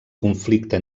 conflicte